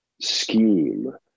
scheme